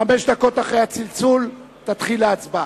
וחמש דקות לאחר הצלצול תתחיל ההצבעה.